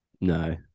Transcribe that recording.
No